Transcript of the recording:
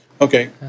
Okay